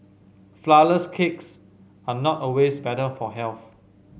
flourless cakes are not always better for health